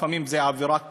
לפעמים זו עבירה קלה,